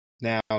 now